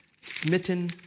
smitten